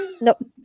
nope